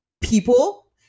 people